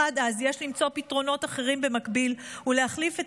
אך עד אז יש למצוא פתרונות אחרים במקביל ולהחליף את